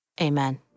Amen